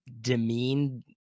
demean